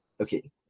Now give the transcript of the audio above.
okay